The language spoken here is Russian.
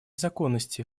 законности